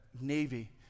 Navy